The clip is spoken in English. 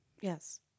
Yes